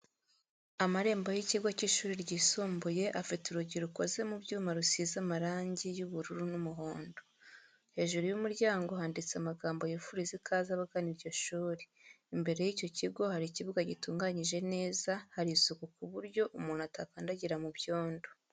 Amarembo y'ikigo cy'ishuri ryisumbuye afite urugi rukoze mu byuma rusize marangi y'ubururu n'umuhondo, hejuru y'umuryango handitseho amagambo yifuriza ikaze abagana iryo shuri, imbere y'icyo kigo hari ikibuga gitunganyije neza hari isuku ku buryo umuntu atakandagira mu byondo.